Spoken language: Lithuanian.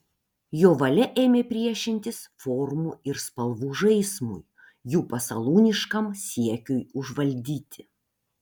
jo valia ėmė priešintis formų ir spalvų žaismui jų pasalūniškam siekiui užvaldyti